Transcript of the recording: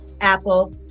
Apple